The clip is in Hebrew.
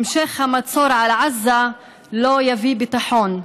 המשך המצור על עזה לא יביא ביטחון.